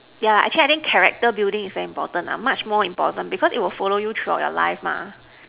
yeah actually I think character building is very important ah much more important because it will follow you throughout your life mah